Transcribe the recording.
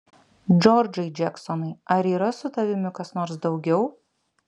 džordžai džeksonai ar yra su tavimi kas nors daugiau